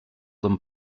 than